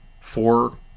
four